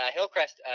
Hillcrest